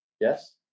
Yes